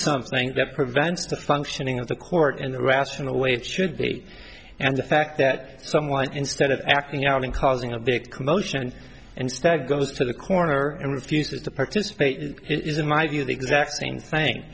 something that prevents the functioning of the court in the rational way it should be and the fact that someone instead of acting out in causing a big commotion and instead goes to the corner and refuses to participate is in my view the exact same thing